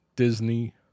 Disney